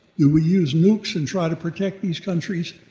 do we use nukes and try to protect these countries,